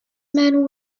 man